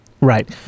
Right